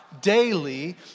daily